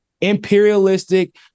imperialistic